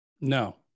no